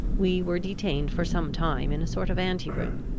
we were detained for some time in a sort of anti-room,